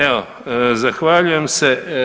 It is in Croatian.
Evo zahvaljujem se.